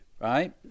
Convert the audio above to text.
right